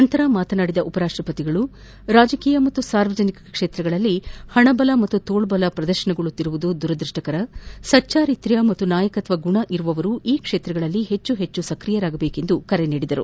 ನಂತರ ಮಾತನಾಡಿದ ಉಪರಾಷ್ಟಪತಿಯವರು ರಾಜಕೀಯ ಮತ್ತು ಸಾರ್ವಜನಿಕ ಕ್ಷೇತ್ರದಲ್ಲಿ ಹಣಬಲ ಮತ್ತು ತೋಳ್ಬಲ ಪ್ರದರ್ಶನಗೊಳ್ಳುತ್ತಿರುವುದು ದುರದೃಷ್ಷಕರ ಸಚ್ಚಾರಿತ್ತ್ವ ಮತ್ತು ನಾಯಕತ್ವ ಗುಣ ಇರುವವರು ಈ ಕ್ಷೇತ್ರಗಳಲ್ಲಿ ಹೆಚ್ಚು ಸ್ಕ್ರಿಯರಾಗಬೇಕು ಎಂದು ಕರೆ ನೀಡಿದರು